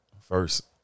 first